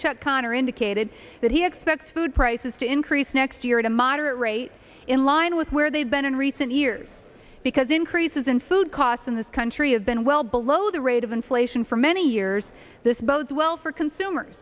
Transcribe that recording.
chuck connor indicated that he expects food prices to increase next year to moderate rates in line with where they've been in recent years because increases in food costs in this country have been well below the rate of inflation for many years this bodes well for consumer